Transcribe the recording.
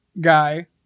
guy